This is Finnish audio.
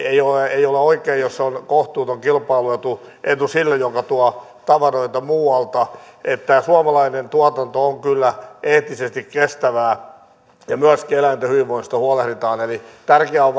ei ole oikein jos on kohtuuton kilpailuetu sille joka tuo tavaroita muualta koska suomalainen tuotanto on eettisesti kestävää ja myöskin eläinten hyvinvoinnista huolehditaan eli tärkeää on